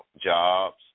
jobs